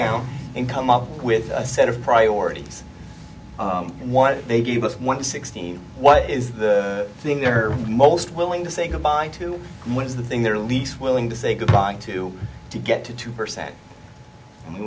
down and come up with a set of priorities and what they give us one sixteen what is the thing they're most willing to say goodbye to what is the thing they're least willing to say goodbye to to get to two percent